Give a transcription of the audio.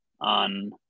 on